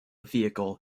vehicle